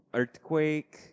earthquake